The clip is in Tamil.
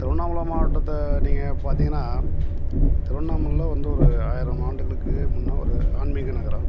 திருவண்ணாமலை மாவட்டத்தை நீங்கள் பார்த்தீங்கன்னா திருவண்ணாமலையில் வந்து ஒரு ஆயிரம் ஆண்டுகளுக்கு முன்னே ஒரு ஆன்மீக நகரம்